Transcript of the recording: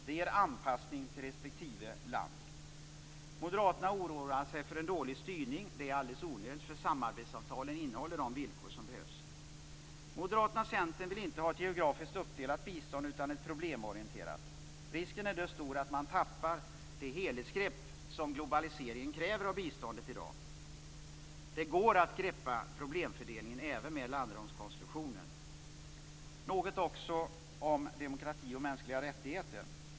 Det ger anpassning till respektive land. Moderaterna oroar sig för en dålig styrning. Det är alldeles onödigt. Samarbetsavtalen innehåller de villkor som behövs. Moderaterna och Centern vill inte ha ett geografiskt uppdelat bistånd utan ett problemorienterat. Risken är då stor att man tappar det helhetsgrepp som globaliseringen kräver av biståndet i dag. Det går att greppa problemfördelningen även med landramskonstruktionen. Några ord om demokrati och mänskliga rättigheter.